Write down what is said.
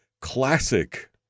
classic